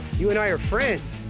you and i are friends.